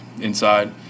inside